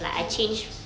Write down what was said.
mm